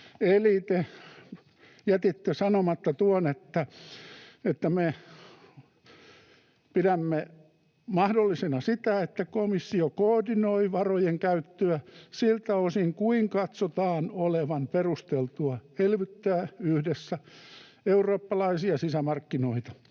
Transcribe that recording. Eli te jätitte sanomatta tuon, että me pidämme mahdollisena sitä, että komissio koordinoi varojen käyttöä siltä osin kuin katsotaan olevan perusteltua elvyttää yhdessä eurooppalaisia sisämarkkinoita.